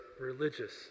religious